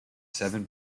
seven